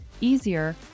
easier